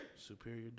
Superior